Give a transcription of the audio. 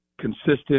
consistent